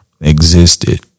existed